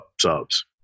subs